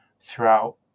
throughout